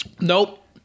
Nope